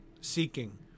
seeking